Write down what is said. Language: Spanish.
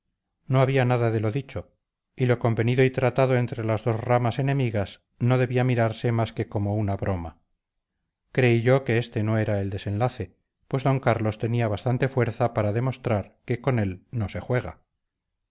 no había nada de lo dicho y lo convenido y tratado entre las dos ramas enemigas no debía mirarse más que como una broma creí yo que este no era el desenlace pues d carlos tenía bastante fuerza para demostrar que con él no se juega